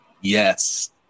yes